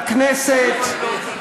לכנסת,